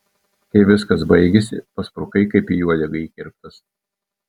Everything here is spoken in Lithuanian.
kai viskas baigėsi pasprukai kaip į uodegą įkirptas